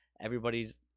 everybody's